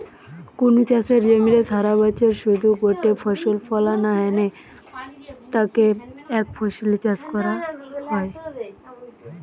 কুনু চাষের জমিরে সারাবছরে শুধু গটে ফসল ফলানা হ্যানে তাকে একফসলি চাষ কয়া হয়